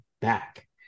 back